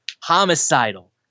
Homicidal